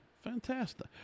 fantastic